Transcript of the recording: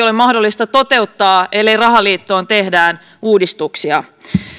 ole mahdollista toteuttaa ellei rahaliittoon tehdä uudistuksia